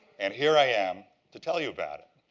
and here i am to tell you about it.